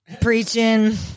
Preaching